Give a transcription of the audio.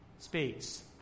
Speaks